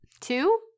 Two